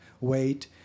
wait